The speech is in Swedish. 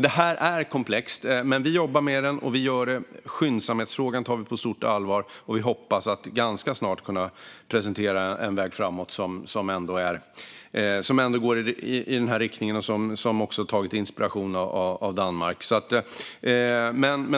Det här är komplext, men vi jobbar med det. Vi tar skyndsamhetsfrågan på stort allvar. Vi hoppas att ganska snart kunna presentera en väg framåt som ändå går i den här riktningen och som också tagit inspiration av Danmark.